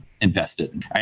invested